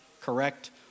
correct